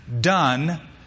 done